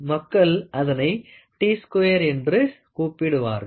மக்கள் அதனை T square என்று கூப்பிடுவார்கள்